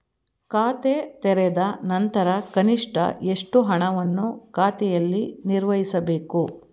ಖಾತೆ ತೆರೆದ ನಂತರ ಕನಿಷ್ಠ ಎಷ್ಟು ಹಣವನ್ನು ಖಾತೆಯಲ್ಲಿ ನಿರ್ವಹಿಸಬೇಕು?